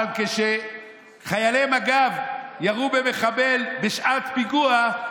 אבל כשחיילי מג"ב ירו במחבל בשעת פיגוע,